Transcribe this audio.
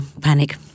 panic